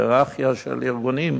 בהייררכיה של ארגונים,